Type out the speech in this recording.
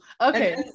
Okay